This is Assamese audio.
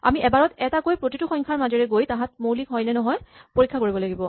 আমি এবাৰত এটাকৈ প্ৰতিটো সংখ্যাৰ মাজেৰে গৈ তাহাঁত মৌলিক হয় নে নহয় পৰীক্ষা কৰিব লাগিব